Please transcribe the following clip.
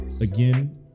again